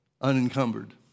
unencumbered